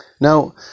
Now